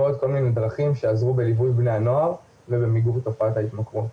ועוד כל מיני דרכים שיעזרו בליווי בני הנוער ובמיגור תופעת ההתמכרות.